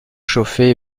chauffé